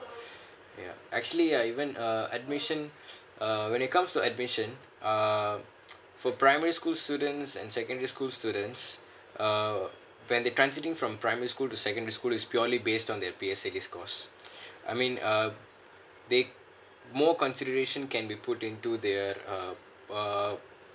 actually I went uh I mission uh when it comes to addition uh for primary school students and secondary school students uh when they transiting from primary school to secondary school is purely based on their basic is cause I mean um they more consideration can be pudding do they uh uh